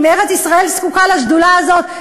אם ארץ-ישראל זקוקה לשדולה הזאת,